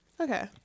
Okay